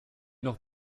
noch